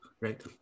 right